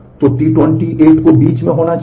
तो T28 को बीच में होना चाहिए